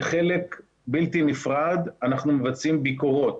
כחלק בלתי נפרד אנחנו מבצעים ביקורות.